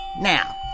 Now